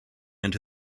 into